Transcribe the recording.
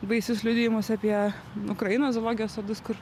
baisius liudijimus apie ukrainos zoologijos sodus kur